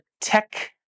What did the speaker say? tech